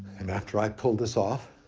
and after i pull this off,